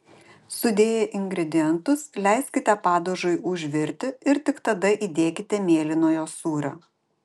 sudėję ingredientus leiskite padažui užvirti ir tik tada įdėkite mėlynojo sūrio